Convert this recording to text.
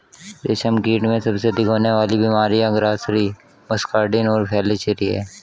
रेशमकीट में सबसे अधिक होने वाली बीमारियां ग्रासरी, मस्कार्डिन और फ्लैचेरी हैं